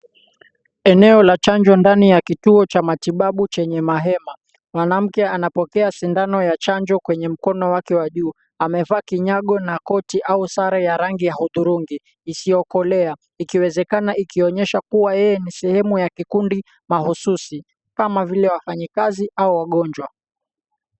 Eneo la chanjo ndani ya kituo cha matibabu chenye mahema. Mwanamke anapokea sindano ya chanjo kwenye mkono wake wa juu, amevaa kinyago na koti au sare ya rangi ya hudhurungi isiyokolea, ikiwezekana ikionyesha kuwa yeye ni sehemu ya kikundi mahususi kama vile wafanyikazi au wagonjwa.